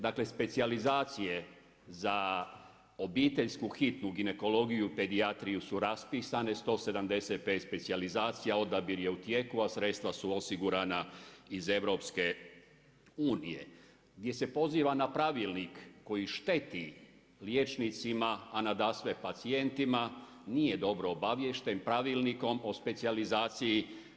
Dakle, specijalizacije za obiteljsku hitnu ginekologiju, pedijatriju su raspisane 175 specijalizacija, odabir je u tijeku, a sredstva su osigurana iz EU, gdje se poziva na pravilnik koji šteti liječnicima, a nadasve pacijentima, nije dobro obaviješten Pravilnikom o specijalizaciji.